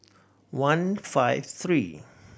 one five three